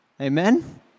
Amen